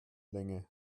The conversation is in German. länge